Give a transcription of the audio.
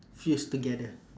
fused together